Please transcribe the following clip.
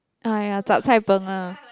uh ya chap-cai-peng ah